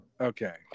Okay